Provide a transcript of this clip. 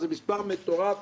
זה מס' מטורף.